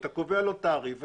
אתה קובע לו תעריף,